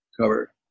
cover